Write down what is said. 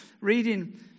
reading